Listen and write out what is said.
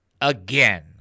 again